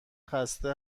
خسته